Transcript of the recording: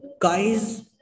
guys